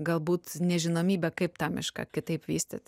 galbūt nežinomybė kaip tą mišką kitaip vystyt